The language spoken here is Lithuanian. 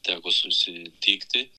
teko susitikti